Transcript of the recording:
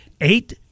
Eight